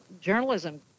journalism